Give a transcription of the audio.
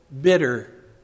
bitter